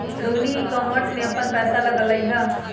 Rohini e commerce में अप्पन पैसा लगअलई ह